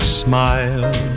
smile